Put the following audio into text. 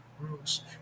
rules